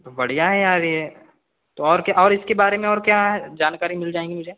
तो बढ़िया है यार ये और तो और क्या और इसके बारे में और क्या जानकारी मिल जाएंगी मुझे